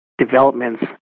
developments